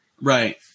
Right